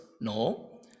no